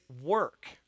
work